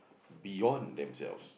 beyond themselves